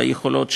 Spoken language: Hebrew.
על היכולות שלה,